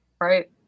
right